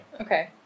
Okay